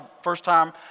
first-time